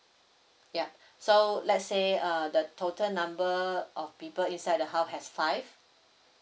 ya so let's say uh the total number of people inside the house has five